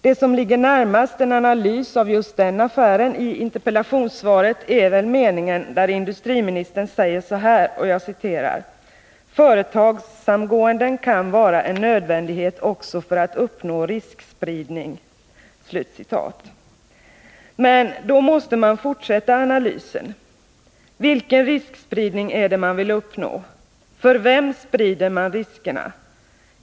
Det som ligger närmast en analys av just den affären i interpellationssvaret uttrycks väl i den mening där industriministern säger: ”Företagssamgåenden kan vara en nödvändighet också för att uppnå riskspridning ——=.” Men man måste då fortsätta analysen. Vilken riskspridning är det man vill uppnå? För vem sprider man riskerna?